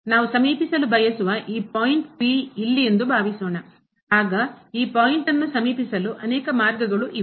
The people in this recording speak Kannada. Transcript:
ನಾವು ಸಮೀಪಿಸಲು ಬಯಸುವ ಈ ಪಾಯಿಂಟ್ ಇಲ್ಲಿ ಎಂದು ಭಾವಿಸೋಣ ಆಗ ಈ ಪಾಯಿಂಟ್ ನ್ನು ಸಮೀಪಿಸಲು ಅನೇಕ ಮಾರ್ಗಗಳು ಇವೆ